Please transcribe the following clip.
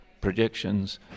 projections